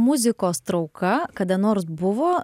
muzikos trauka kada nors buvo